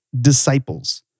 disciples